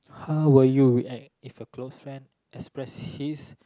how will you react if a close friend express his